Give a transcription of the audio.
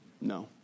No